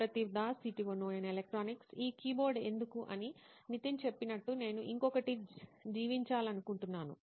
సుప్రతీవ్ Das CTO నోయిన్ electronics ఈ keyboard ఎందుకు అని నితిన్ చెప్పినట్టు నేను ఇంకొకటి జీవించాలనుకుంటున్నాను